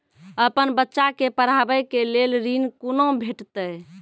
अपन बच्चा के पढाबै के लेल ऋण कुना भेंटते?